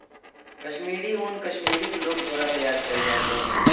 कश्मीरी ऊन कश्मीरक लोक द्वारा तैयार कयल जाइत अछि